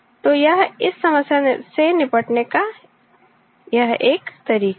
तो यह इस समस्या से निपटने का यह एक तरीका है